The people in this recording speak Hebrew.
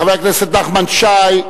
חבר הכנסת נחמן שי,